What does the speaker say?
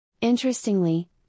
Interestingly